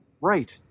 right